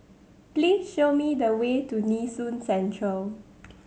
please show me the way to Nee Soon Central